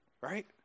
right